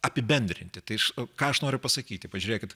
apibendrinti tai ką aš noriu pasakyti pažiūrėkit